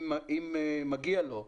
אם מגיע לו,